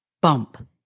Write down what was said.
Bump